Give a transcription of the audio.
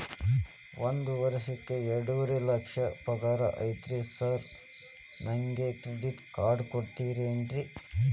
ಒಂದ್ ವರ್ಷಕ್ಕ ಎರಡುವರಿ ಲಕ್ಷ ಪಗಾರ ಐತ್ರಿ ಸಾರ್ ನನ್ಗ ಕ್ರೆಡಿಟ್ ಕಾರ್ಡ್ ಕೊಡ್ತೇರೆನ್ರಿ?